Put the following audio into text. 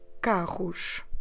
carros